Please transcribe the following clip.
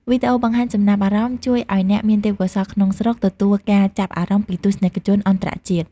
វីដេអូបង្ហាញចំណាប់អារម្មណ៍ជួយឱ្យអ្នកមានទេពកោសល្យក្នុងស្រុក ទទួលការចាប់អារម្មណ៍ពីទស្សនិកជនអន្តរជាតិ។